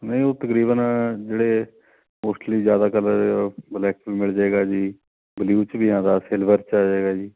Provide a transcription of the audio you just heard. ਨਹੀਂ ਉਹ ਤਕਰੀਬਨ ਜਿਹੜੇ ਮੋਸਟਲੀ ਜ਼ਿਆਦਾ ਕਲਰ ਬਲੈਕ ਮਿਲ ਜਾਵੇਗਾ ਜੀ ਬਲੂ 'ਚ ਵੀ ਆਉਂਦਾ ਸਿਲਵਰ 'ਚ ਆ ਜਾਵੇਗਾ ਜੀ